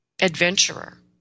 adventurer